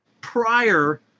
prior